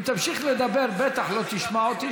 אם תמשיך לדבר בטח לא תשמע אותי,